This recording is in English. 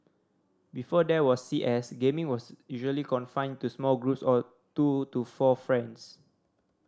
before there was C S gaming was usually confined to small groups of two to four friends